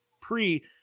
pre